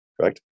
correct